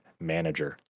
manager